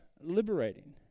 liberating